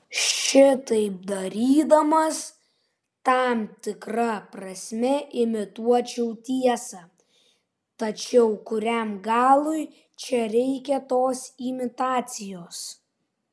šitaip darydamas tam tikra prasme imituočiau tiesą tačiau kuriam galui čia reikia tos imitacijos